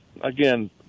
again